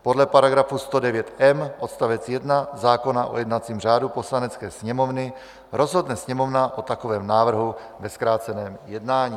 Podle § 109m odst. 1 zákona o jednacím řádu Poslanecké sněmovny rozhodne Sněmovna o takovém návrhu ve zkráceném jednání.